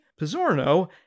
Pizzorno